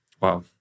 Wow